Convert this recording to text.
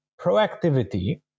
proactivity